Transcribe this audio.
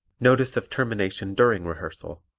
notice of termination during rehearsal